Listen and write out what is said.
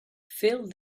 fill